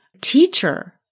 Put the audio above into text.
teacher